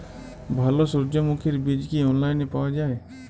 ভালো সূর্যমুখির বীজ কি অনলাইনে পাওয়া যায়?